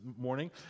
morning